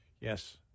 Yes